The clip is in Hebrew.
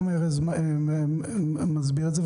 גם ארז מסביר את זה,